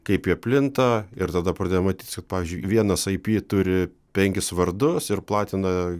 kaip jie plinta ir tada pradėjom matyt kad pavyzdžiui vienas ip turi penkis vardus ir platina